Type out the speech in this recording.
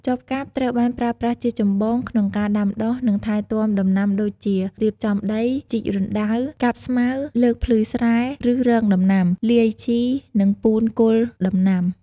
ចបកាប់ត្រូវបានប្រើប្រាស់ជាចម្បងក្នុងការដាំដុះ និងថែទាំដំណាំដូចជា រៀបចំដី ជីករណ្តៅ កាប់ស្មៅ លើកភ្លឺស្រែ ឬ រងដំណាំ លាយជីនិងពូនគល់ដំណាំ។